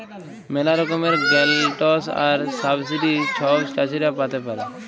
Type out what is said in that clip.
ম্যালা রকমের গ্র্যালটস আর সাবসিডি ছব চাষীরা পাতে পারে